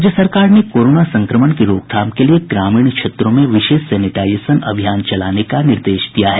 राज्य सरकार ने कोरोना संक्रमण की रोकथाम के लिए ग्रामीण क्षेत्रों में विशेष सेनेटाइजेशन अभियान चलाने का निर्देश दिया है